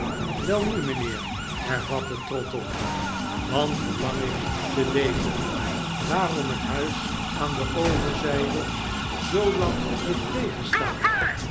welnu mynheer hervatte trottle dan verlang ik te wet en waarom het huis aan de overzyde zoo lang heeft